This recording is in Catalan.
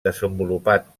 desenvolupat